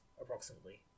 approximately